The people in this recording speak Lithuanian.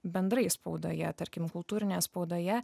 bendrai spaudoje tarkim kultūrinėje spaudoje